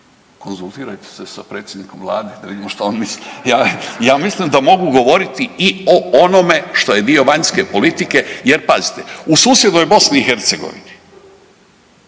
konzultirajte se s predsjednikom Vlade da vidimo što on misli. Ja mislim da mogu govoriti i o onome što je dio vanjske politike, jer pazite u susjednoj Bosni i Hercegovini